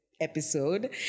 episode